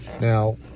Now